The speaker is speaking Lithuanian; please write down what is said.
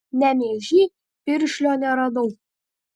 nemėžy piršlio neradau